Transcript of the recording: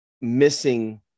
missing